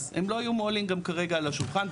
אז הם לא היו מועלים כרגע על השולחן,